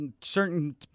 certain –